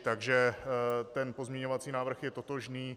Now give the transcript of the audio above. Takže pozměňovací návrh je totožný.